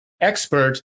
expert